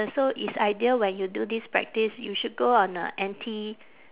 so it's ideal when you do this practice you should go on a empty